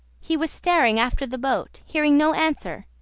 he was staring after the boat. hearing no answer,